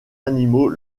animaux